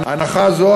הנחה זו,